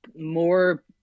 more